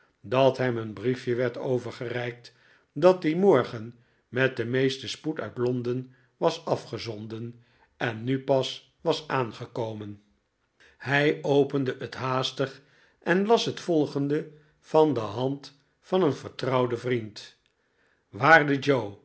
dat hem een briefje werd overgereikt dat dien morgen met den meesten spoed uit londen was afgezonden en nu pas was aangekomen hij opende het haastig en las het volgende van de hand van een vertrouwden vriend waarde joe